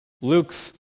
Luke's